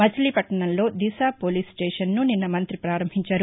మచిలీపట్నంలో దిశ పోలీస్ స్టేషన్ను నిన్న మంతి పారంభించారు